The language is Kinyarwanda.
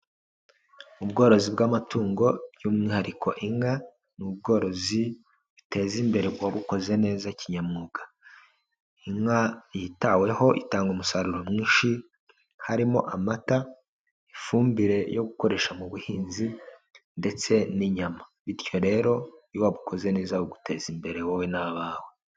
Ubworozi bw'amatungo by'umwihariko inka ni ubworozi biteza imbere uwabukoze neza kinyamwuga, inka yitaweho itanga umusaruro mwinshi harimo amata, ifumbire yo gukoresha mu buhinzi ndetse n'inyama bityo rero iyo wabukoze neza buguteza imbere wowe n'abawe.